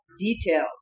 details